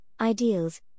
ideals